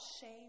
shame